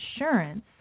insurance